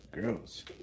gross